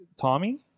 Tommy